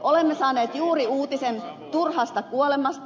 olemme saaneet juuri uutisen turhasta kuolemasta